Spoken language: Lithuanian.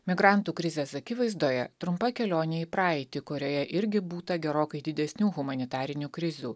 migrantų krizės akivaizdoje trumpa kelionė į praeitį kurioje irgi būta gerokai didesnių humanitarinių krizių